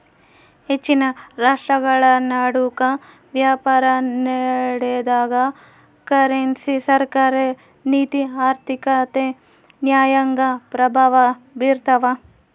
ಹೆಚ್ಚಿನ ರಾಷ್ಟ್ರಗಳನಡುಕ ವ್ಯಾಪಾರನಡೆದಾಗ ಕರೆನ್ಸಿ ಸರ್ಕಾರ ನೀತಿ ಆರ್ಥಿಕತೆ ನ್ಯಾಯಾಂಗ ಪ್ರಭಾವ ಬೀರ್ತವ